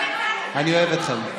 אני אוהב אתכם.